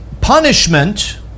punishment